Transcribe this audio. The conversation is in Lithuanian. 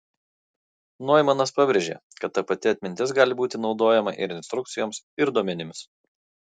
noimanas pabrėžė kad ta pati atmintis gali būti naudojama ir instrukcijoms ir duomenims